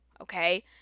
okay